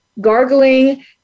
Gargling